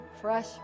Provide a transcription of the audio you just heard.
fresh